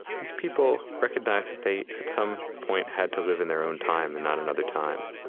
these people recognized that they at some point had to live in their own time and not another time.